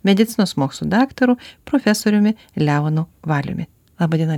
medicinos mokslų daktaru profesoriumi leonu valiumi laba diena